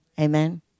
Amen